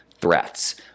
threats